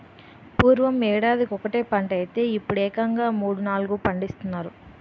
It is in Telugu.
పూర్వం యేడాదికొకటే పంటైతే యిప్పుడేకంగా మూడూ, నాలుగూ పండిస్తున్నారు